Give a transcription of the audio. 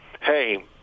hey